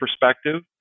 perspective